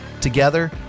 Together